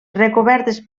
recobertes